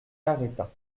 arrêta